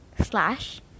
slash